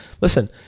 Listen